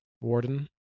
Warden